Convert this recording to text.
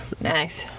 Nice